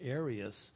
areas